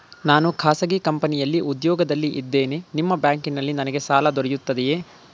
ನಾನು ಖಾಸಗಿ ಕಂಪನಿಯಲ್ಲಿ ಉದ್ಯೋಗದಲ್ಲಿ ಇದ್ದೇನೆ ನಿಮ್ಮ ಬ್ಯಾಂಕಿನಲ್ಲಿ ನನಗೆ ಸಾಲ ದೊರೆಯುತ್ತದೆಯೇ?